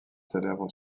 célèbre